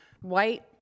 White